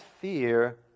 fear